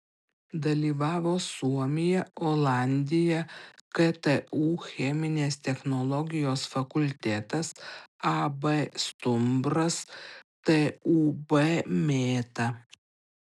dalyvavo suomija olandija ktu cheminės technologijos fakultetas ab stumbras tūb mėta